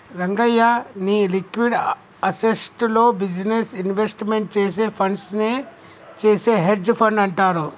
రంగయ్య, నీ liquid assets లో business investment చేసే ఫండ్స్ నే చేసే హెడ్జె ఫండ్ అంటారు